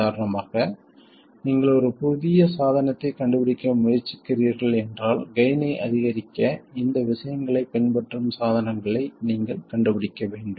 உதாரணமாக நீங்கள் ஒரு புதிய சாதனத்தை கண்டுபிடிக்க முயற்சிக்கிறீர்கள் என்றால் கெய்ன் ஐ அதிகரிக்க இந்த விஷயங்களைப் பின்பற்றும் சாதனத்தை நீங்கள் கண்டுபிடிக்க வேண்டும்